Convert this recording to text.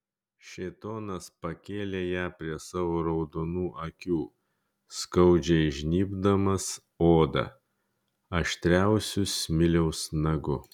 šėtonas pakėlė ją prie savo raudonų akių skaudžiai žnybdamas odą aštriausiu smiliaus nagu